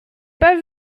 pas